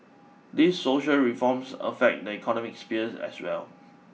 these social reforms affect the economic sphere as well